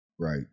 Right